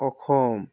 Assam